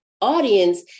audience